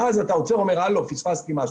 אז אתה עוצר ומבין שפספסת משהו.